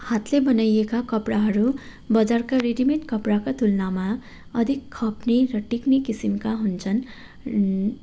हातले बनाइएका कपडाहरू बजारका रेडी मेड कपडाका तुलनामा अधिक खप्ने र टिक्ने किसिमका हुन्छन्